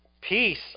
Peace